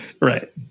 right